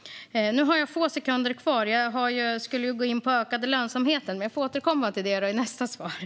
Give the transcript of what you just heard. Nu har jag bara några få sekunder kvar av min talartid. Jag skulle säga något om ökad lönsamhet, men jag får återkomma till det i nästa replik.